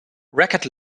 record